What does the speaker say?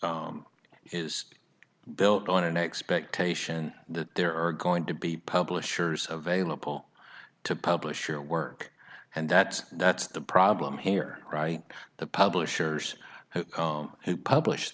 perish is built on an expectation that there are going to be publishers vailable to publish your work and that that's the problem here right the publishers who publish